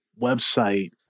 website